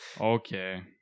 okay